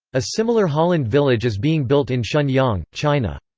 a similar holland village is being built in shenyang, china.